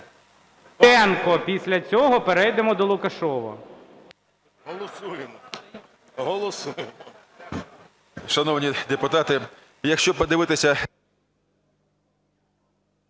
Після цього перейдемо до Лукашева.